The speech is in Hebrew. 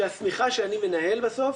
שהשמיכה שאני מנהל בסוף